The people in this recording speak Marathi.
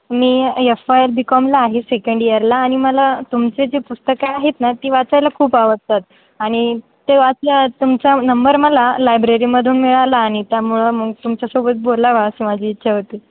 मी एफ वाय बी कॉमला आहे सेकेंड इयरला आणि मला तुमचे जे पुस्तकं आहेत ना ती वाचायला खूप आवडतात आणि ते वाचल्या तुमचा नंबर मला लायब्ररीमधून मिळाला आणि त्यामुळं मग तुमच्यासोबत बोलावा असं माझी इच्छा होती